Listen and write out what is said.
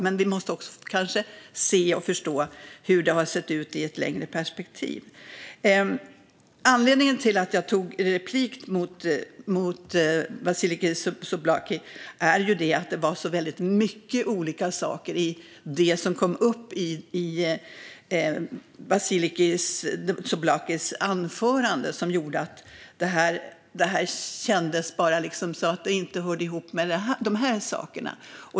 Men vi måste kanske också se och förstå hur det har sett ut i ett längre perspektiv. Anledningen till att jag begärde replik på Vasiliki Tsouplakis anförande var att det var så väldigt många olika saker som kom upp i hennes anförande. Det kändes bara som att det inte hörde ihop med de här sakerna.